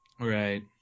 Right